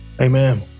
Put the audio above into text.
Amen